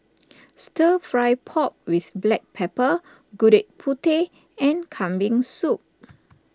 Stir Fry Pork with Black Pepper Gudeg Putih and Kambing Soup